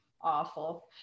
awful